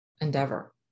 endeavor